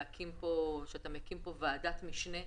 תודה על כך שאתה מקים פה ועדת משנה.